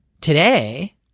today